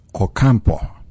Ocampo